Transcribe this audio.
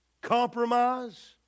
compromise